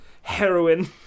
heroin